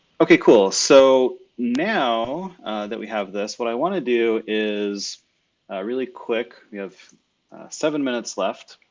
okay cool so now that we have this, what i wanna do is really quick, we have seven minutes left.